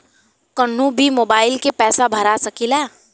कन्हू भी मोबाइल के पैसा भरा सकीला?